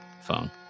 phone